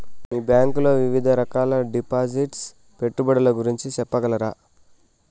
మీ bank లో వివిధ రకాల డిపాసిట్స్, పెట్టుబడుల గురించి సెప్పగలరా?